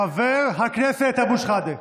חבר הכנסת אבו שחאדה,